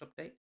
update